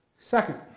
Second